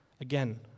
Again